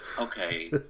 okay